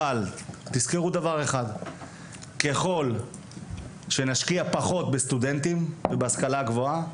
אבל תזכרו דבר אחד - ככל שנשקיע פחות בסטודנטים בהשכלה הגבוהה,